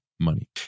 money